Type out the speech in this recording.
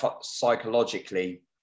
psychologically